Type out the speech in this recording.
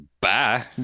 Bye